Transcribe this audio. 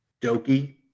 Doki